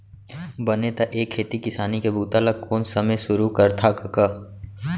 बने त ए खेती किसानी के बूता ल कोन समे सुरू करथा कका?